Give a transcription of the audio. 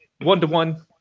one-to-one